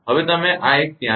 હવે તમે આ એક ત્યાં છે